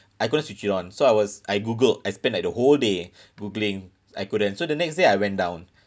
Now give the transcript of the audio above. I couldn't switch it on so I was I googled I spend like the whole day googling I couldn't so the next day I went down